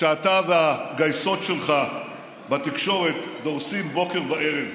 שאתה והגייסות שלך בתקשורת דורסים בוקר וערב.